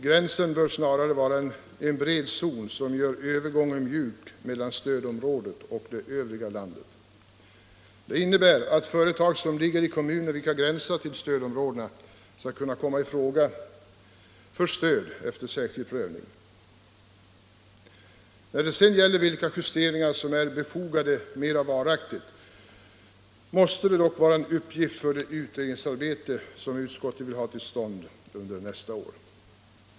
Gränsen bör snarare vara en bred zon som gör övergången mjuk mellan stödområdet och det övriga landet. Det innebär att företag som ligger i kommuner vilka gränsar till stödområdena skall kunna komma i fråga för stöd efter särskild prövning. Vilka justeringar som är befogade mera varaktigt måste dock vara en uppgift att klarlägga för den utredning som utskottet vill ha till stånd under nästa år.